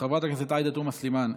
חברת הכנסת עאידה תומא סלימאן,